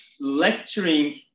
lecturing